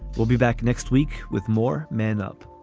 we'll be back next week with more men up